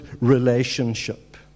relationship